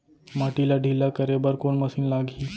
माटी ला ढिल्ला करे बर कोन मशीन लागही?